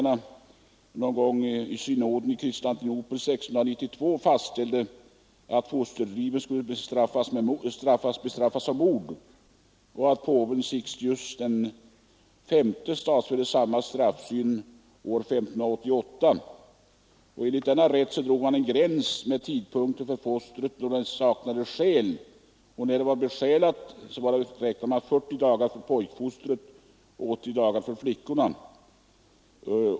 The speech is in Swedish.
Någon gång vid synoden i Konstantinopel 1692 fastställde kyrkofäderna att fosterfördrivning skulle bestraffas som mord, och påven Sixtus V stadfäste samma straffsyn år 1588. Enligt denna rätt drog man en gräns mellan den tid då fostret saknade själ och när det hade blivit besjälat. Man räknade 40 dagar för pojkfoster och 80 dagar för flickor.